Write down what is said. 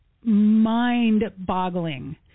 mind-boggling